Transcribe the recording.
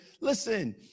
Listen